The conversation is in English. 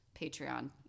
Patreon